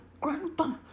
Grandpa